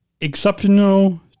exceptional